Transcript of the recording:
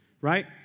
right